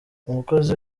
umukozi